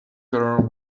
girl